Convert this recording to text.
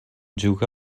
juga